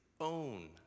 own